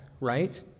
right